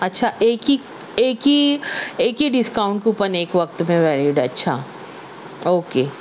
اچھا ایک ہی ایک ہی ایک ہی ڈسکاؤنٹ کوپن ایک وقت میں ویلڈ ہے اچھا اوکے